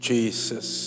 Jesus